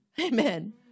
Amen